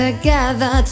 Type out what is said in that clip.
Together